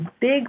big